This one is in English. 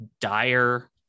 dire